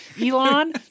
Elon